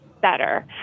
better